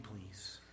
please